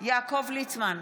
יעקב ליצמן,